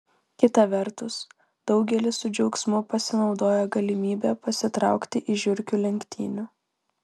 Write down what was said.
kita vertus daugelis su džiaugsmu pasinaudoja galimybe pasitraukti iš žiurkių lenktynių